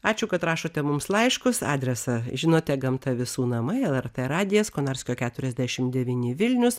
ačiū kad rašote mums laiškus adresą žinote gamta visų namai lrt radijas konarskio keturiasdešim devyni vilnius